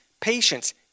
patience